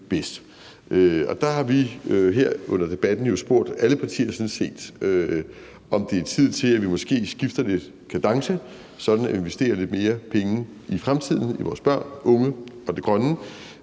Der har vi her under debatten jo spurgt sådan set alle partier, om det er tid til, at vi måske skifter lidt kadence, sådan at vi investerer lidt flere penge i fremtiden og i vores børn, unge og det grønne,